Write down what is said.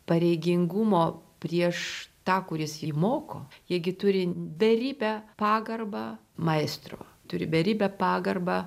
pareigingumo prieš tą kuris jį moko jie gi turi beribę pagarbą maestro turi beribę pagarbą